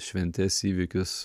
šventes įvykius